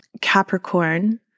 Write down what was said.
Capricorn